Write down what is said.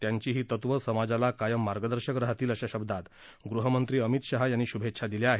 त्यांची ही तत्त्वं समाजाला कायम मार्गदर्शक राहतील अशा शब्दांत गृहमंत्री अमित शहा यांनी शुभेच्छा दिल्या आहेत